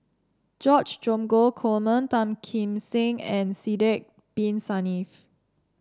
George Dromgold Coleman Tan Kim Seng and Sidek Bin Saniff